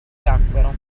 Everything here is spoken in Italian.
tacquero